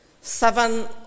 Seven